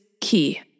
key